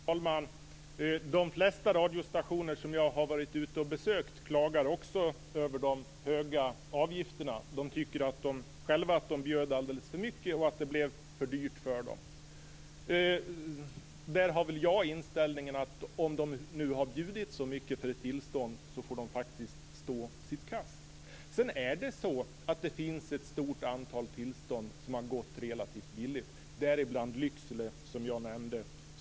Fru talman! De flesta radiostationer som jag har varit ute och besökt klagar också över de höga avgifterna. De tycker själva att de bjöd alldeles för mycket och att det blev för dyrt för dem. Där har jag den inställningen att om de nu har bjudit så mycket för ett tillstånd får de faktiskt stå sitt kast. Det finns ett stort antal tillstånd som har gått relativt billigt, däribland Lycksele som jag nämnde.